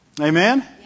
Amen